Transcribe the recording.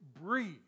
breathe